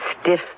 stiff